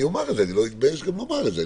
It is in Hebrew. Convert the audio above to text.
ואם כן, אני לא אתבייש לומר את זה.